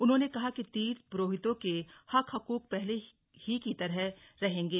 उन्होंने कहा कि तीर्थपुरोहितों के हक हकूक पहले ही की तरह रहेंगे